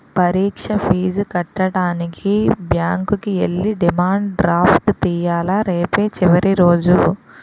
పరీక్ష ఫీజు కట్టడానికి బ్యాంకుకి ఎల్లి డిమాండ్ డ్రాఫ్ట్ తియ్యాల రేపే చివరి రోజు